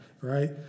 right